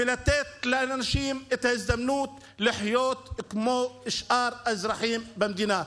ולתת לאנשים את ההזדמנות לחיות כמו שאר האזרחים במדינה.